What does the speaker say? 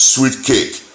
Sweetcake